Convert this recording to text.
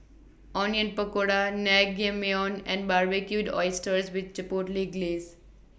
Onion Pakora Naengmyeon and Barbecued Oysters with Chipotle Glaze